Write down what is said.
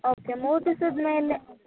okay ಮೂರು ದಿವ್ಸದ ಮೇಲೆ